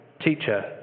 Teacher